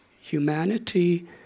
Humanity